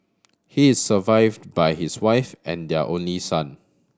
he is survived by his wife and their only son